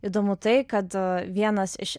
įdomu tai kad vienas iš